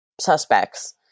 suspects